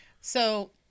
So-